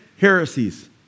Heresies